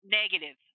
negative